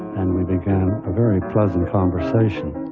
and we began a very pleasant conversation.